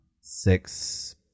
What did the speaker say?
six